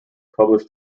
publish